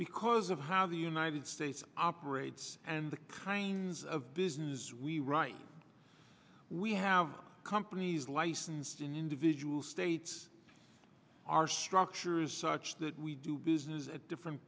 because of how the united states operates and the kinds of businesses we write we have companies licensed in individual states are structures such that we do business at different